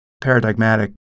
paradigmatic